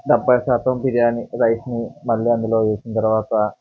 డెబ్బై శాతం బిర్యానీ రైస్ని మళ్ళీ అందులో వేసిన తరువాత